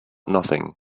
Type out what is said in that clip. nothing